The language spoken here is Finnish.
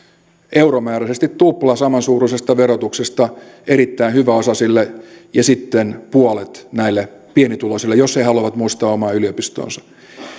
euromääräisesti tupla samansuuruisesta verotuksesta erittäin hyväosaisille ja sitten puolet näille pienituloisille jos he he haluavat muistaa omaa yliopistoansa